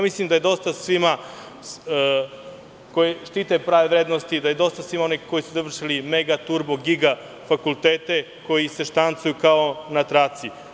Mislim da je dosta svima koji štite prave vrednosti, da je dosta svima onih koji su završili mega, turbo, giga fakultete, koji se štancuju kao na traci.